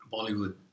Bollywood